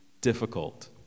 difficult